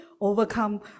Overcome